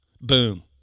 boom